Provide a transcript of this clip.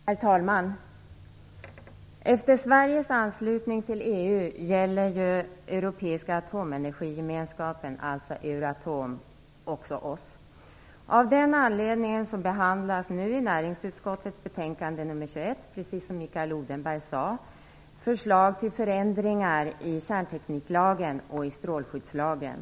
Herr talman! Efter Sveriges anslutning till EU gäller ju Europeiska atomenergigemenskapen, alltså Euratom, också oss. Av den anledningen behandlas nu i näringsutskottets betänkande nr 21, precis som Mikael Odenberg sade, förslag till förändringar i kärntekniklagen och i strålskyddslagen.